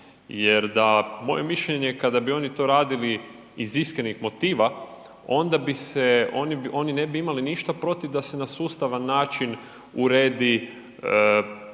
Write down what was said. Jer moje mišljenje kada bi oni to radili iz iskrenih motiva onda oni ne bi imali ništa protiv da se na sustavan način uredi